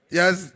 Yes